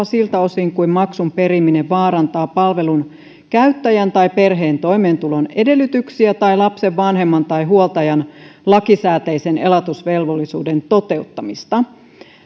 siltä osin kuin maksun periminen vaarantaa palvelun käyttäjän tai perheen toimeentulon edellytyksiä tai lapsen vanhemman tai huoltajan lakisääteisen elatusvelvollisuuden toteuttamista